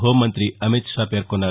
హోంమంతి అమిత్షా పేర్కొన్నారు